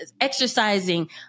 exercising